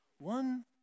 one